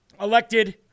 elected